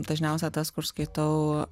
dažniausia tas kur skaitau